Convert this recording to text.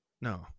No